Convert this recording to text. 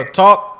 talk